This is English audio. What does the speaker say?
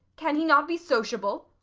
can he not be sociable?